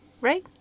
right